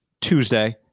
Tuesday